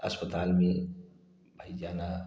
अस्पताल में भाई जाना